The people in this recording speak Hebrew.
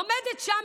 עומדת שם,